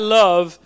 love